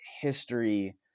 history